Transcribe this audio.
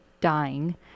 dying